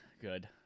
good